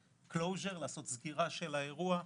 סגירה של האירוע.